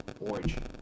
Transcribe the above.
origin